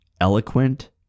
eloquent